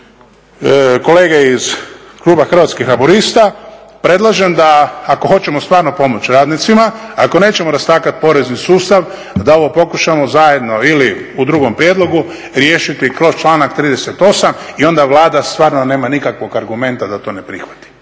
kolege iz kluba Hrvatskih laburista predlažem da ako hoćemo stvarno pomoći radnicima, ako nećemo rastakati porezni sustav da ovo pokušamo zajedno ili u drugom prijedlogu riješiti kroz članak 38. i onda Vlada stvarno nema nikakvog argumenta da to ne prihvati.